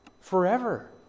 forever